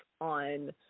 on